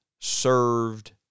served